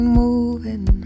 moving